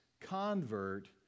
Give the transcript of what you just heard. convert